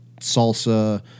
salsa